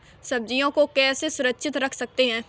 सब्जियों को कैसे सुरक्षित रख सकते हैं?